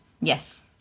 yes